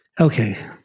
Okay